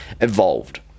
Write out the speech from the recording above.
evolved